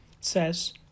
says